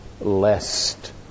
lest